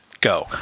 Go